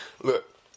Look